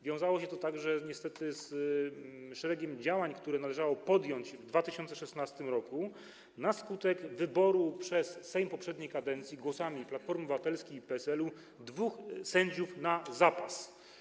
Wiązało się to także niestety z szeregiem działań, które należało podjąć w 2016 r. na skutek wyboru przez Sejm poprzedniej kadencji głosami Platformy Obywatelskiej i PSL dwóch sędziów na zapas.